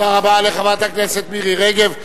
תודה רבה לחברת הכנסת מירי רגב.